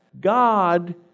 God